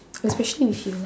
especially with you lah